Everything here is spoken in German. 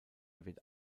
wird